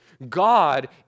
God